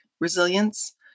resilience